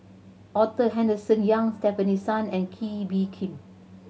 Arthur Henderson Young Stefanie Sun and Kee Bee Khim